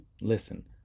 Listen